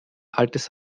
altes